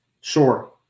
Sure